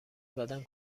زدن